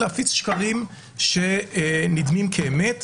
להפיץ שקרים שנדמים כאמת,